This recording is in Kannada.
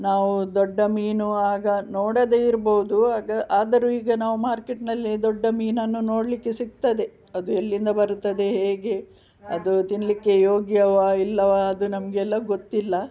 ನಾವು ದೊಡ್ಡ ಮೀನು ಆಗ ನೋಡದೇ ಇರ್ಬೋದು ಆಗ ಆದರೂ ಈಗ ನಾವು ಮಾರ್ಕೆಟ್ನಲ್ಲಿ ದೊಡ್ಡ ಮೀನನ್ನು ನೋಡಲಿಕ್ಕೆ ಸಿಗ್ತದೆ ಅದು ಎಲ್ಲಿಂದ ಬರುತ್ತದೆ ಹೇಗೆ ಅದು ತಿನ್ನಲಿಕ್ಕೆ ಯೋಗ್ಯವ ಇಲ್ಲವ ಅದು ನಮಗೆಲ್ಲ ಗೊತ್ತಿಲ್ಲ